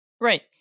Right